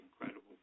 incredible